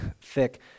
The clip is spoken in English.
thick